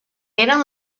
eren